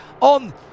on